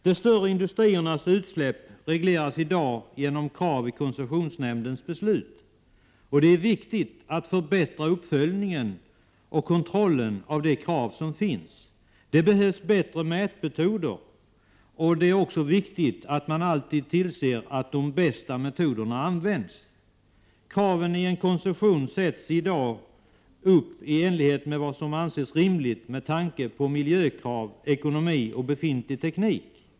De större industriernas utsläpp regleras i dag genom krav i koncessionsnämndens beslut. Det är viktigt att förbättra uppföljningen och kontrollen av de krav som finns. Bättre mätmetoder behövs, och det är viktigt att alltid tillse att de bästa tillgängliga används. Kraven i en koncession sätts i dag upp i enlighet med vad som anses rimligt med tanke på miljökrav, ekonomi och befintlig teknik.